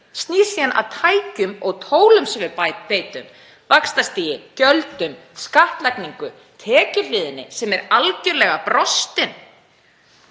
snýr síðan að tækjum og tólum sem við beitum, vaxtastigi, gjöldum, skattlagningu, tekjuhliðinni sem er algerlega brostin.